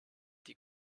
die